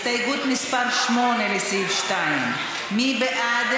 הסתייגות מס' 8, לסעיף 2, מי בעד?